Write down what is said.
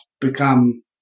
become